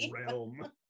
realm